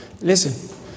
Listen